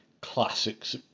classics